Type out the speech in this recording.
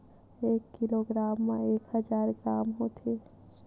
एक किलोग्राम मा एक हजार ग्राम होथे